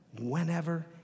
whenever